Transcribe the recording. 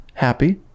Happy